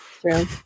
True